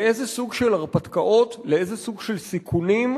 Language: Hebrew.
לאיזה סוג של הרפתקאות, לאיזה סוג של סיכונים,